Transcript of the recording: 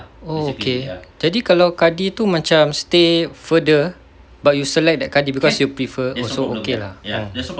oh okay jadi kalau kadi tu macam stay further but you select that kadi because you prefer also okay lah oh